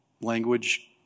language